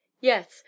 yes